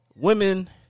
Women